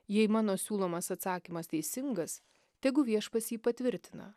jei mano siūlomas atsakymas teisingas tegu viešpats jį patvirtina